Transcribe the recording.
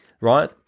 Right